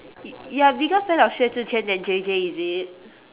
you're a bigger fan of xue zhi qian than J_J is it